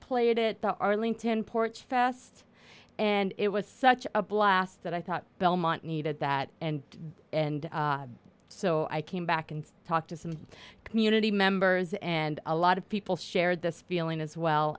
played it the arlington port fast and it was such a blast that i thought belmont needed that and and so i came back and talked to some community members and a lot of people shared this feeling as well